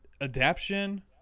adaption